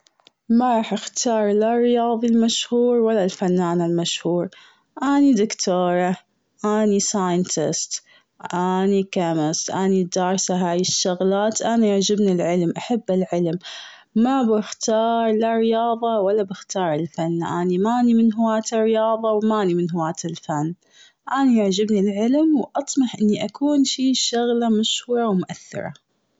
ما راح اختار لا الرياضي المشهور و لا الفنان المشهور، أني دكتورة، أني Scientist أني Chemical أني دارسة هاي الشغلات. أني يعجبني العلم أحب العلم. ما بختار لا رياضة ولا بختار الفن. أني ماني من هواة الرياضة و ماني من هواة الفن. أنا يعجبني العلم و اطمح أني اكون في شغلة مشهورة و مؤثرة.